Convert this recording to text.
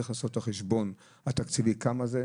צריך לעשות את החשבון התקציבי כמה זה,